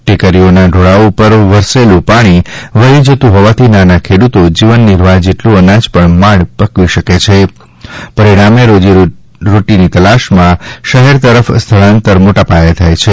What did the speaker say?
ટેકરીઓના ઢોળાવ ઉપર વરસેલું પાણી વહી જતું હોવાથી નાના ખેડૂતો જીવન નિર્વાહ જેટલું અનાજ પણ માંડ પકવી શકે છે પરિણામે રોજીરોટીની તલાશમાં શહેર તરફ સ્થળાંતર મોટાપાયે થાય છે